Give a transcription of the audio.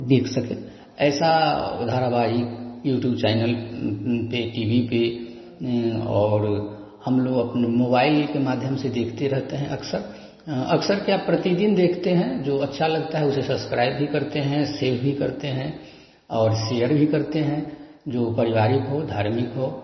देख सकें ऐसा धारावाहिक यूट्यूब चैनल पर टीवी पर और हम लोग अपने मोबाइल के माध्यम से देखते रहते हैं अक्सर अक्सर क्या प्रतिदिन देखते हैं जो अच्छा लगता है उसे ससकराइब भी करते हैं सेव भी करते हैं और सियर भी करते हैं जो पारिवारिक हो धार्मिक हो